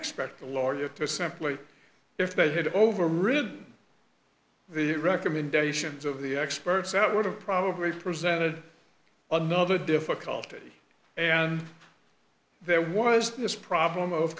expect a lawyer to simply if they had overridden the recommendations of the experts out would have probably presented another difficulty and there was this problem of